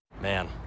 Man